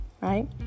right